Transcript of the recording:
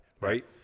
right